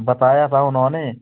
बताया था उन्होनें